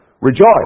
rejoice